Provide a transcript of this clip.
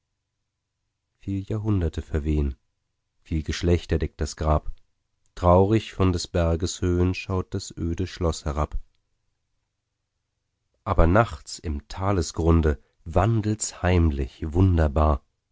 viel jahrhunderte verwehen viel geschlechter deckt das grab traurig von des berges höhen schaut das öde schloß herab aber nachts im talesgrunde wandelts heimlich wunderbar